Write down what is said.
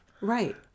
Right